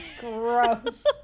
gross